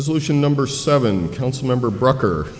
resolution number seven council member brooker